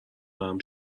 برم